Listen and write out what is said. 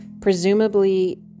presumably